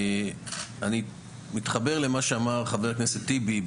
אני מתחבר למה שאמר חבר הכנסת טיבי,